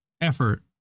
effort